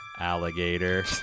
alligator